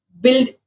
build